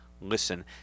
Listen